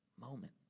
moment